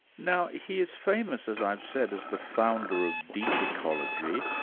now he is famous, as i've said, as the founder of deep ecology.